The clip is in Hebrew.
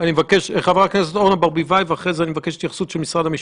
שלח מכתב לוועדה שהכוונה שלנו היא להשיק את "מגן 2" כמה שיותר מהר,